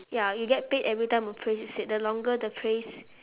ya you get paid every time a phrase is said the longer the phrase